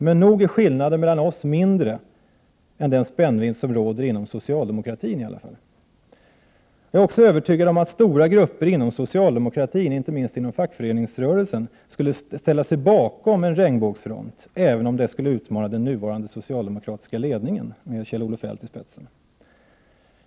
Men nog är skillnaden mindre mellan oss tre än den spännvidd som råder inom socialdemokratin. Jag är också övertygad om att stora grupper inom socialdemokratin, inte minst inom fackföreningsrörelsen, skulle ställa sig bakom en regnbågsfront, även om den skulle utmana den nuvarande socialdemokratiska ledningen med Kjell-Olof Feldt i spetsen.